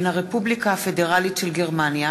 מאיר שטרית, עמרם מצנע,